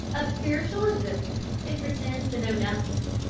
of spiritual existences it pretends to know nothing,